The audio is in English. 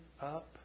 up